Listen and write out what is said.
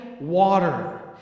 water